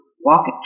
walk